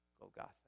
Golgotha